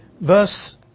verse